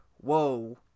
whoa